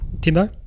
Timbo